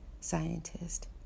scientist